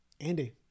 Andy